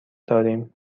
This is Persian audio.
داریم